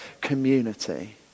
community